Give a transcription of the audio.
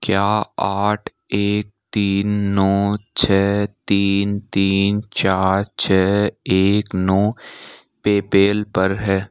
क्या आठ एक तीन नो छः तीन तीन चार छः एक नौ पेपैल पर है